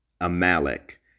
Amalek